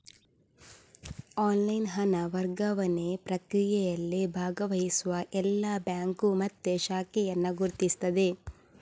online ಹಣ ವರ್ಗಾವಣೆ ಪ್ರಕ್ರಿಯೆಯಲ್ಲಿ ಭಾಗವಹಿಸುವ ಎಲ್ಲಾ ಬ್ಯಾಂಕು ಮತ್ತೆ ಶಾಖೆಯನ್ನ ಗುರುತಿಸ್ತದೆ